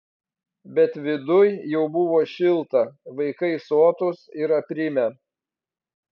bet viduj jau buvo šilta vaikai sotūs ir aprimę